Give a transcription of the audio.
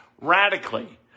radically